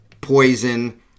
poison